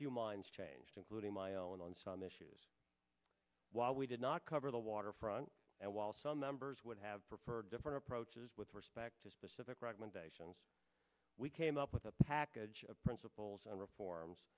few minds changed including my own on some issues while we did not cover the waterfront and while some members would have preferred different approaches with respect to specific recommendations we came up with a package of principles and reforms